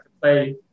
play